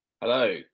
Hello